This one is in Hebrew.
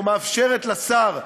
או מאפשרת לשר,